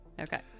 Okay